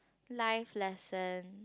life lesson